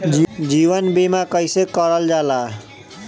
जीवन बीमा कईसे करल जाला?